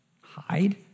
Hide